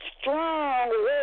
strong